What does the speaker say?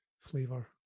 flavor